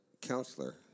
counselor